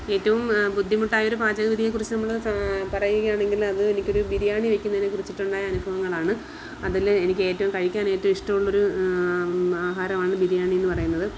ഏറ്റവും ബുദ്ധിമുട്ടായൊരു പാചകവിധിയെ കുറിച്ച് നമ്മൾ പറയുകയാണങ്കിൽ അത് എനിക്കൊരു ബിരിയാണി വയ്ക്കുന്നതിനെ കുറിച്ചിട്ടുള്ള അനുഭവങ്ങളാണ് അതിൽ എനിക്ക് ഏറ്റവും കഴിക്കാൻ ഏറ്റവും ഇഷ്ടമുള്ളൊരു ആഹാരമാണ് ബിരിയാണി എന്ന് പറയുന്നത്